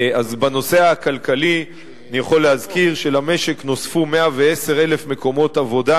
אז בנושא הכלכלי אני יכול להזכיר שלמשק נוספו 110,000 מקומות עבודה,